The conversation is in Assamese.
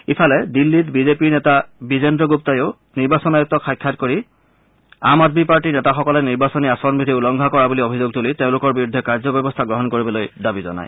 ইফালে দিল্লীত বিজেপিৰ নেতা বিজেন্দ্ৰ গুগাইয়ো নিৰ্বাচন আয়ুক্তক সাক্ষাৎ কৰি আম আদমী পাৰ্টীৰ নেতাসকলে নিৰ্বাচনী আচৰণ বিধি উলংঘা কৰা বুলি অভিযোগ তুলি তেওঁলোকৰ বিৰুদ্ধে কাৰ্যব্যৱস্থা গ্ৰহণ কৰিবলৈ দাবী জনায়